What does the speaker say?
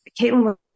Caitlin